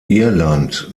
irland